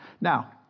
Now